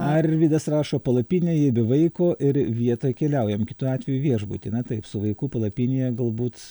arvydas rašo palapinė jei be vaiko ir vietoj keliaujam kitu atveju viešbutį na taip su vaiku palapinėje galbūt